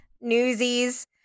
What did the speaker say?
newsies